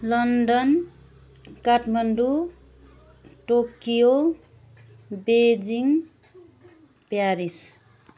London Kathmandu Tokyo Beijing Paris